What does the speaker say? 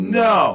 no